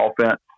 offense